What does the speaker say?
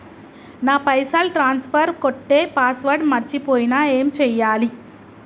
నా పైసల్ ట్రాన్స్ఫర్ కొట్టే పాస్వర్డ్ మర్చిపోయిన ఏం చేయాలి?